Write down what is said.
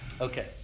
Okay